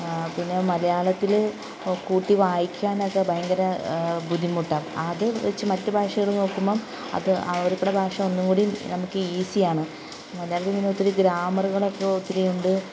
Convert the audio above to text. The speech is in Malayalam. പിന്നെ മലയാളത്തിൽ കൂട്ടി വായിക്കാനൊക്കെ ഭയങ്കര ബുദ്ധിമുട്ട് അത് വച്ച് മറ്റു ഭാഷകൾ നോക്കുമ്പം അത് അവരുടെ ഭാഷ ഒന്നും കൂടി നമുക്ക് ഈസിയാണ് മലയാളത്തിൽ ഇതിനൊത്തിരി ഗ്രാമറുകളൊക്കെ ഒത്തിരിയുണ്ട്